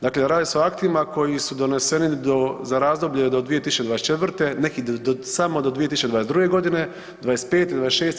Dakle, radi se o aktima koji su doneseni za razdoblje do 2024., neki samo do 2022. godine, 2025., 2026.